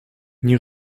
nie